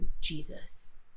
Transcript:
Jesus